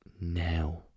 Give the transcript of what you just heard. now